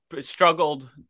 struggled